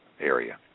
area